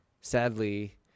sadly